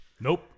Nope